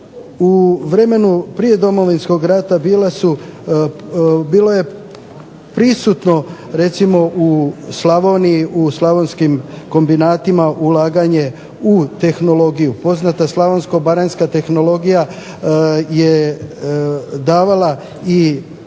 U vremenu prije Domovinskog rata bilo je prisutno recimo u Slavoniji u slavonskim kombinatima ulaganje u tehnologiju. Poznata slavonsko-baranjska tehnologija je davala i